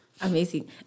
Amazing